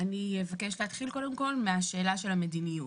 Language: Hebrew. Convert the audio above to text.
אבקש להתחיל משאלת המדיניות.